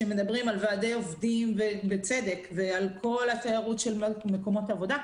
כשמדברים בצדק על ועדי עובדים ועל כל התיירות של מקומות העבודה,